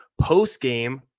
post-game